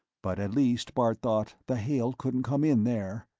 but at least, bart thought, the hail couldn't come in there.